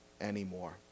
anymore